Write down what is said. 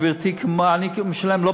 אני משלם, גברתי, כמו, אני משלם, המסים.